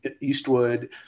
Eastwood